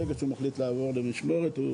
ברגע שהוא מחליט לעבור למשמורת הוא